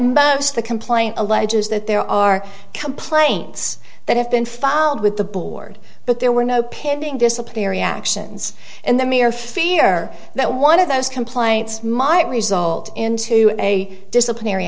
at the complaint alleges that there are complaints that have been filed with the board but there were no pending disciplinary actions in the me or fear that one of those complaints might result into a disciplinary